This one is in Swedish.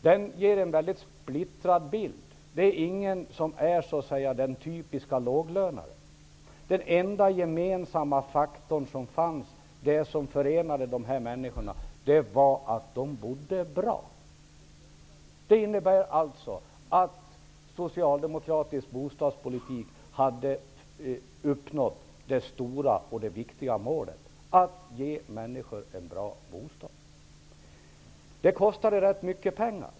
Den ger en väldigt splittrad bild. Det är ingen som är typiskt lågavlönad. Den enda gemensamma faktorn är att de bor bra. Det innebär att socialdemokratisk bostadspolitik har uppnått det stora och viktiga målet, dvs. att ge människor en bra bostad. Detta kostade rätt mycket pengar.